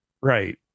Right